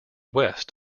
west